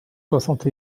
soixante